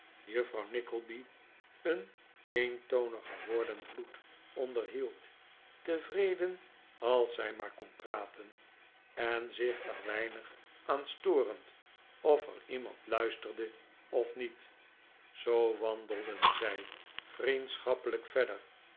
juffrouw nickleby een eentonigen woordenvloed onderhield tevreden als zij maar kon prateh en zich er weinig aan storend of er iemand luisterde of niet zoo wandelden zij vriehdschappelijk verder